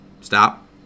Stop